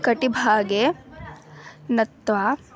कटिभागे नत्वा